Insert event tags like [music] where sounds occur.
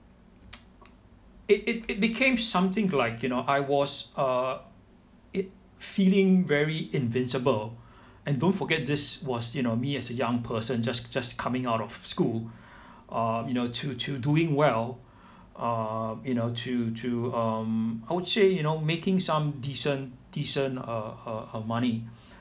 [noise] it it it became something like you know I was err it feeling very invincible and don't forget this was you know me as a young person just just coming out of school uh you know to to doing well uh you know to to um I would say you know making some decent decent uh uh uh money